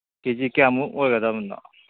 ꯀꯦ G ꯀꯌꯥꯃꯨꯛ ꯑꯣꯏꯒꯗꯕꯅꯣ